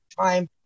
time